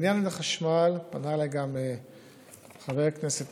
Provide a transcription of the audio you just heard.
עניין החשמל פנה אליי גם חבר הכנסת